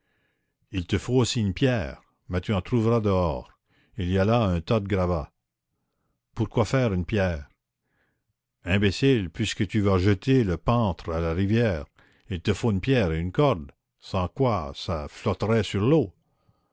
il te faut aussi une pierre mais tu en trouveras dehors il y a là un tas de gravats pourquoi faire une pierre imbécile puisque tu vas jeter le pantre à la rivière il te faut une pierre et une corde sans quoi ça flotterait sur l'eau